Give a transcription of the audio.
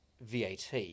VAT